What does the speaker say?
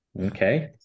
okay